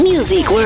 Music